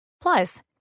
Plus